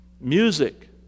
music